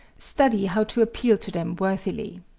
study how to appeal to them worthily.